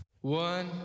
One